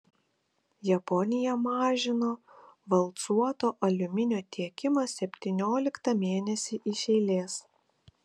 japonija mažino valcuoto aliuminio tiekimą septynioliktą mėnesį iš eilės